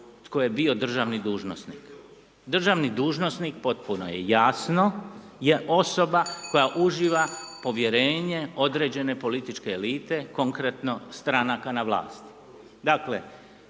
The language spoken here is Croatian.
tko je bio državni dužnosnik. Državni dužnosnik, potpuno je jasno je osoba koja uživa povjerenje određene političke elite, konkretno stranaka na vlasti.